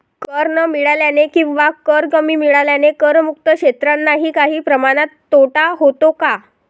कर न मिळाल्याने किंवा कर कमी मिळाल्याने करमुक्त क्षेत्रांनाही काही प्रमाणात तोटा होतो का?